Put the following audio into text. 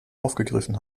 aufgegriffen